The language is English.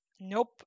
nope